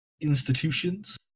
institutions